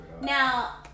Now